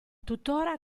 tuttora